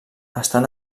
estan